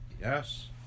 Yes